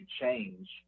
change